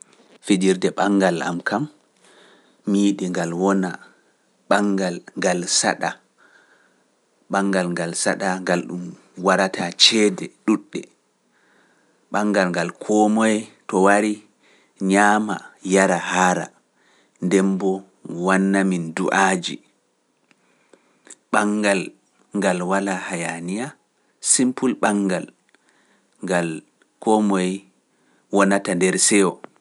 Fejirde ɓangal am kam, mi yiɗi ngal wona ɓangal ngal saɗa, ɓangal ngal saɗa ngal ɗum warata ceede ɗuuɗɗe, ɓangal ngal koo moye to wari bangal ngal hoota e haari nder seyo.